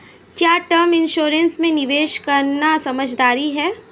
क्या term insurance में निवेश करना समझदारी है?